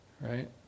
right